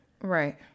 Right